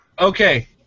Okay